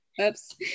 Oops